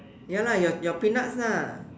ya lah your your peanuts lah